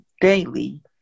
daily